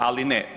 Ali ne.